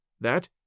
that